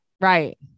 Right